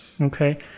Okay